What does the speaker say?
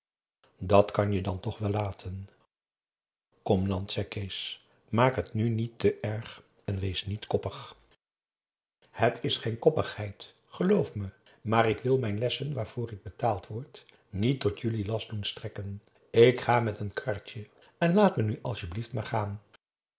dat zal je dan toch wel laten kom nant zei kees maak het nu niet te erg en wees niet koppig p a daum hoe hij raad van indië werd onder ps maurits het is geen koppigheid geloof me maar ik wil mijn lessen waarvoor ik betaald word niet tot jullie last doen strekken ik ga met een karretje en laat me nu asjeblieft maar gaan